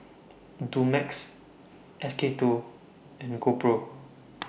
Dumex S K two and GoPro